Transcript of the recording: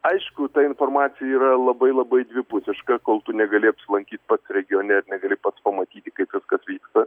aišku ta informacija yra labai labai dvipusiška kol tu negali apsilankyt pats regione ir negali pats pamatyti kaip viskas vyksta